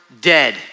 dead